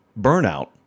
burnout